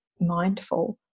mindful